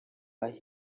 aho